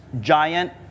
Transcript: giant